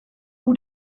who